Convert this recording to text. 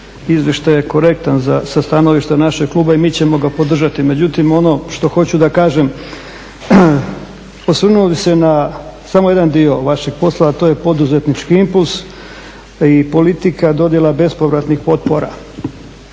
izvještaj je korektan sa stanovišta našeg kluba i mi ćemo ga podržati. Međutim ono što hoću da kažem osvrnuo bih se samo na jedan dio vašeg posla, a to je poduzetnički impuls i politika dodjela bespovratnih potpora.